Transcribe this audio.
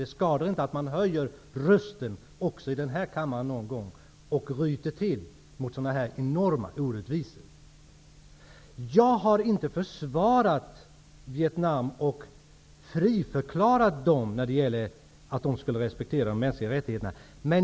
Det skadar inte att man höjer rösten även här i kammaren någon gång och ryter till mot sådana här enorma orättvisor. Jag har inte försvarat Vietnam och friförklarat dess regim i frågan om respekt för de mänskliga rättigheterna.